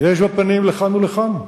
ויש בה פנים לכאן ולכאן.